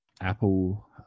Apple